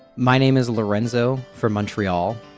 my name is lorenzo from montreal.